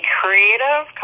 creative